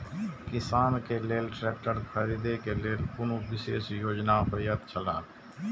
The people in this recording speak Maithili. किसान के लेल ट्रैक्टर खरीदे के लेल कुनु विशेष योजना होयत छला?